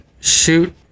shoot